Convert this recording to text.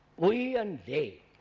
we and they.